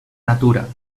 natura